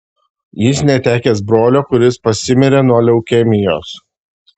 jis netekęs brolio kuris pasimirė nuo leukemijos